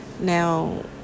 now